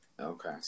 Okay